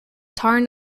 tarn